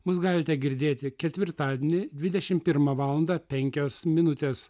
mus galite girdėti ketvirtadienį dvidešim pirmą valandą penkios minutės